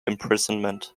imprisonment